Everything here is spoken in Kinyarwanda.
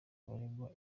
baregwa